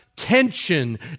tension